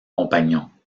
compagnons